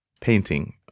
painting